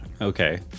Okay